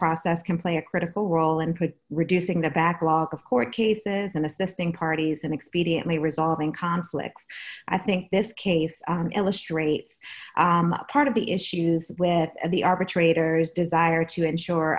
process can play a critical role and could reducing the backlog of court cases and assisting parties and expediently resolving conflicts i think this case illustrates part of the issues with the arbitrator's desire to ensure